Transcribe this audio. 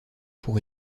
pour